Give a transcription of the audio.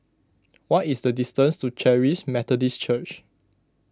what is the distance to Charis Methodist Church